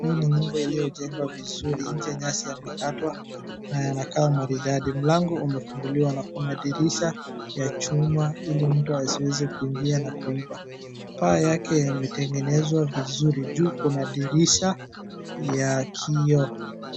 Hii ni nyumba iliyojengwa vizuri. Nje nyasi yamekatwa na yanakaa maridadi. Mlango umefunguliwa na kuna dirisha ya chuma ili mtu asiweze kuingia na kuiba. Paa yake imetengenezwa vizuri juu kuna dirisha ya kioo.